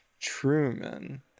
Truman